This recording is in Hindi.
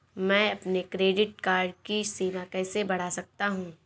मैं अपने क्रेडिट कार्ड की सीमा कैसे बढ़ा सकता हूँ?